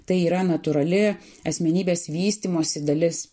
tai yra natūrali asmenybės vystymosi dalis